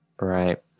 Right